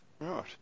Right